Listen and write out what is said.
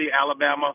Alabama